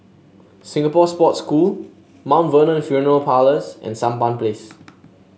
Singapore Sports School Mount Vernon Funeral Parlours and Sampan Place